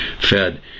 fed